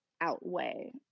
outweigh